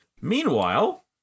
Meanwhile